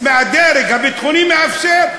והדרג הביטחוני מאפשר.